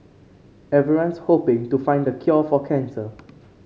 everyone's hoping to find the cure for cancer